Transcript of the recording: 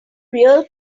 real